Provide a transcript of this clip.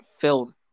filled